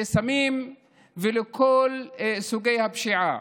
לסמים ולכל סוגי הפשיעה.